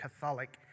Catholic